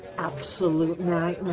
absolute nightmare.